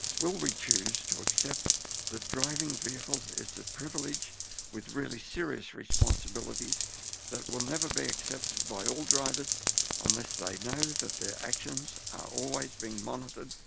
will we choose to accept that driving vehicles is a privilege with really serious responsibilities that will never be accepted by all drivers unless they know that their actions are always being monitored?